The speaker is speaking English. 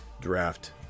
draft